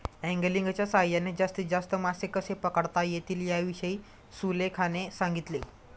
अँगलिंगच्या सहाय्याने जास्तीत जास्त मासे कसे पकडता येतील याविषयी सुलेखाने सांगितले